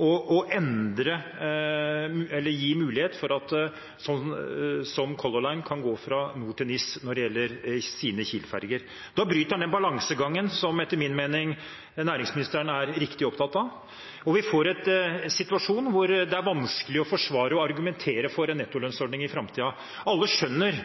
å gi mulighet for at man – som i tilfellet med Color Line og deres Kiel-ferger – kan gå fra NOR til NIS. Da bryter man den balansegangen som – etter min mening – næringsministeren gjør helt rett i å være opptatt av, og vi får en situasjon hvor det er vanskelig å forsvare og argumentere for en nettolønnsordning i framtiden. Alle skjønner